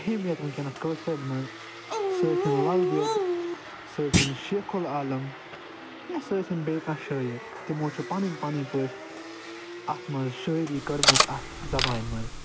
اہمٮ۪ت وٕنکٮ۪نس کٲشرٮ۪ن منٛز سۄ ٲسِنۍ لل دٮ۪د سۄ ٲسِنۍ شیخ العالم یا سۄ ٲسِنۍ بییٚہِ کانٛہہ شٲعر تِمو چھِ پنٕنۍ پنٕنۍ پٲٹھی اتھ منٛز شٲعری کرمٕژاتھ زبانہِ منٛز